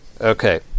Okay